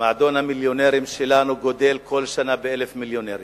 מועדון המיליונרים שלנו גדל כל שנה ב-1,000 מיליונרים.